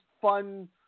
fun